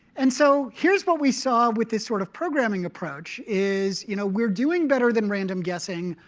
and so here's what we saw with this sort of programming approach, is you know we're doing better than random guessing,